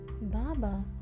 Baba